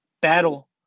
battle